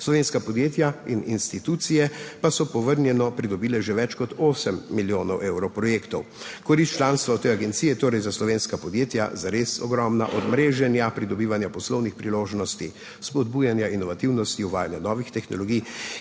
slovenska podjetja in institucije pa so povrnjeno pridobile že več kot 8 milijonov evrov projektov. Korist članstva te agencije je torej za slovenska podjetja zares ogromna, od mreženja, pridobivanja poslovnih priložnosti, spodbujanja inovativnosti, uvajanja novih tehnologij